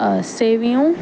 सेवियूं